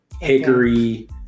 hickory